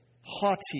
haughty